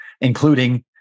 including